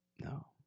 No